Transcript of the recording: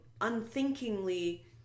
unthinkingly